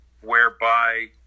whereby